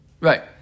Right